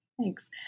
Thanks